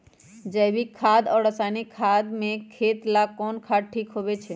जैविक खाद और रासायनिक खाद में खेत ला कौन खाद ठीक होवैछे?